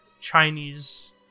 chinese